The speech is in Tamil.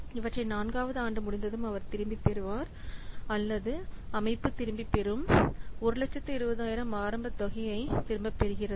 இவற்றை 4 வது ஆண்டு முடிந்ததும் அவர் திரும்பி வருவார் அல்லது அமைப்பு திரும்பப் பெறுவது 120000 ஆரம்பத் தொகையைத் திரும்பப் பெறுகிறது